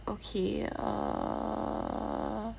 okay err